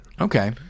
Okay